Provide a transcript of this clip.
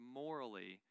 morally